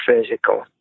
physical